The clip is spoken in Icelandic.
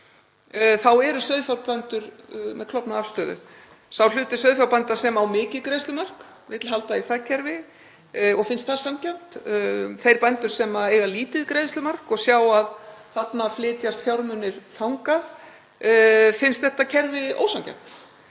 afstaða sauðfjárbænda klofin. Sá hluti sauðfjárbænda sem á mikið greiðslumark vill halda í það kerfi og finnst það sanngjarnt. Þeir bændur sem eiga lítið greiðslumark og sjá að þangað flytjast fjármunir finnst þetta kerfi ósanngjarnt.